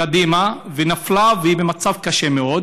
קדימה, והיא נפלה והיא במצב קשה מאוד?